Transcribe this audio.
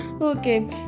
okay